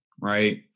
right